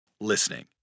listening